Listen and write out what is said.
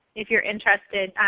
if you're interested,